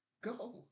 go